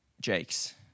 Jake's